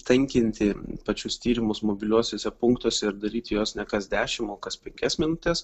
tankinti pačius tyrimus mobiliuosiuose punktuose ir daryti juos ne kas dešim o kas penkias minutes